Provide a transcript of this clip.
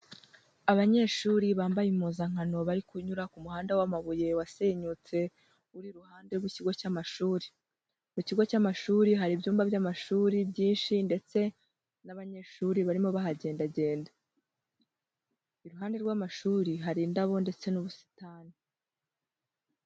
Abanyeshuri bambaye impuzankano, bari kunyura ku muhanda w'amabuye, wasenyutse, uri iruhande rw'ikigo cy'amashuri. Mu kigo cy'amashuri hari ibyumba by'amashuri byinshi ndetse n'abanyeshuri barimo bahagendagenda. Iruhande rw'amashuri, hari indabo ndetse n'ubusitani.